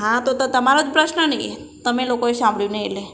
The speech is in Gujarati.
હા તો તો તમારો જ પ્રશ્નને એ તમે લોકોએ સાંભળ્યું નહીં એટલે